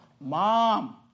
Mom